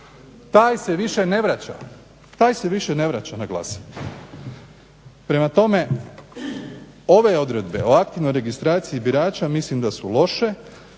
taj se više ne vraća na glasanje. Prema tome, ove odredbe o aktivnoj registraciji birača mislim da su loše,